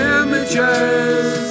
images